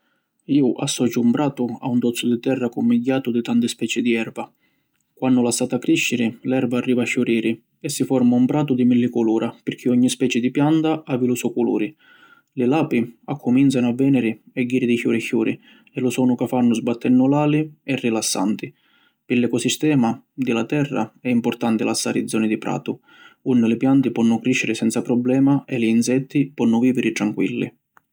Iu associu un pratu a tozzu di terra cummigghiatu di tanti speci di erva. Quannu lassata crisciri, l’erva arriva a ciuriri e si forma un pratu di milli culura pirchì ogni speci di pianta havi lu so culuri. Li lapi, accuminzanu a veniri e jiri di ciuri ciuri e lu sonu ca fannu sbattennu l’ali è rilassanti. Pi l’ecosistema di la terra è importanti lassari zoni di pratu, unni li pianti ponnu crisciri senza problema e li insetti ponnu viviri tranquilli.